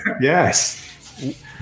Yes